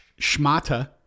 schmata